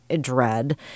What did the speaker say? dread